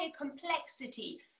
complexity